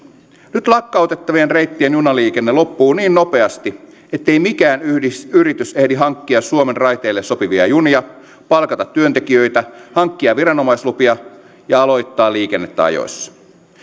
nyt lakkautettavien reittien junaliikenne loppuu niin nopeasti ettei mikään yritys yritys ehdi hankkia suomen raiteille sopivia junia palkata työntekijöitä hankkia viranomaislupia ja aloittaa liikennettä ajoissa